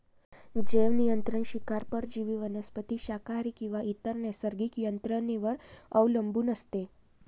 जैवनियंत्रण शिकार परजीवी वनस्पती शाकाहारी किंवा इतर नैसर्गिक यंत्रणेवर अवलंबून असते